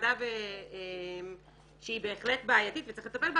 הטרדה שהיא בהחלט בעייתית וצריך לטפל בה,